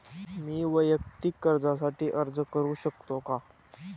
मी वैयक्तिक कर्जासाठी अर्ज करू शकतो का?